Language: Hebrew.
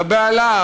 הבהלה,